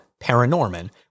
Paranorman